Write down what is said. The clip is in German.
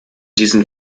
diesen